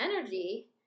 energy